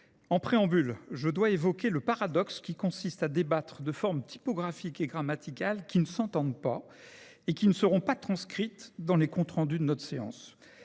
en préambule, je dois évoquer le paradoxe qui consiste à débattre de formes typographiques et grammaticales qui ne s’entendent pas et qui ne seront pas transcrites dans les comptes rendus de notre séance.